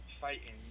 fighting